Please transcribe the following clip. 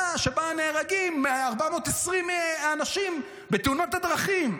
שבה נהרגים 420 אנשים בתאונות הדרכים?